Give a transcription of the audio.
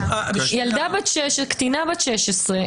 --- קטינה בת 16,